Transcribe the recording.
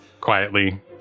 quietly